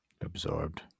absorbed